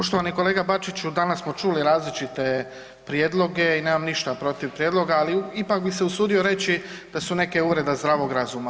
Poštovani kolega Bačiću danas smo čuli različite prijedloge i nemam ništa protiv prijedloga ali ipak bi se usudio reći da su neke uvreda zdravog razuma.